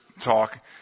talk